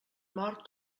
mort